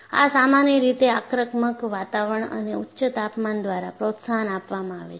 આ સામાન્ય રીતે આક્રમક વાતાવરણ અને ઉચ્ચ તાપમાન દ્વારા પ્રોત્સાહન આપવામાં આવે છે